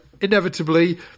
inevitably